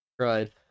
right